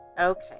Okay